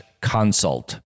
consult